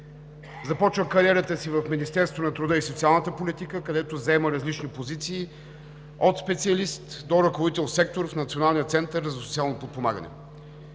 Започва кариерата си в Министерството на труда и социалната политика, където заема различни позиции – от специалист до ръководител – сектор в Националния център за социално подпомагане.